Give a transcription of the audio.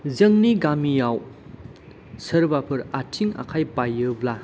जोंनि गामियाव सोरबाफोर आथिं आखाइ बायोब्ला